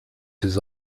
his